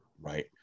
right